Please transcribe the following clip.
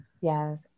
yes